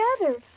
together